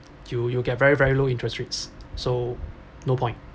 you you get very very low interest rates so no point